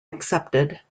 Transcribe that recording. accepted